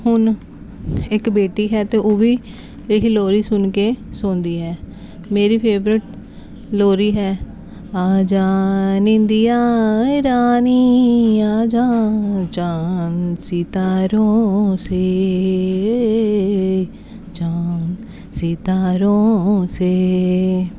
ਹੁਣ ਇੱਕ ਬੇਟੀ ਹੈ ਅਤੇ ਉਹ ਵੀ ਇਹ ਹੀ ਲੋਰੀ ਸੁਣ ਕੇ ਸੌਂਦੀ ਹੈ ਮੇਰੀ ਫੇਵਰੇਟ ਲੋਰੀ ਹੈ